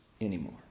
anymore